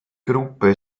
gruppe